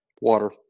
Water